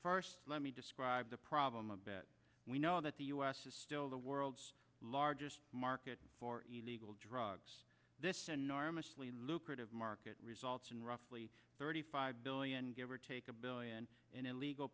problem let me describe the problem of bet we know that the u s is still the world's largest market for a legal drugs this enormously lucrative market results in roughly thirty five billion give or take a billion in illegal